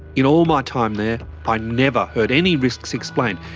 in all my time there i never heard any risks explained.